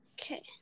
Okay